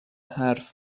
حرف